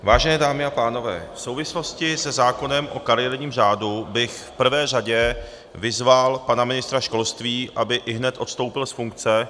Vážené dámy a pánové, v souvislosti se zákonem o kariérním řádu bych v prvé řadě vyzval pana ministra školství, aby ihned odstoupil z funkce.